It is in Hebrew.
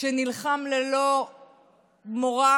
שנלחם ללא מורא